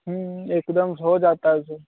एकदम से हो जाता है अउसे